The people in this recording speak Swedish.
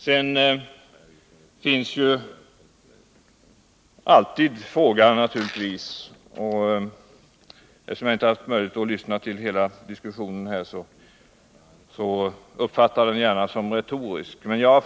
Sedan finns naturligtvis alltid frågan på vilket sätt linje 1 och linje 2 skall behärska det stora elberoendet i en situation där det inträffar en allvarlig kärnkraftsolycka.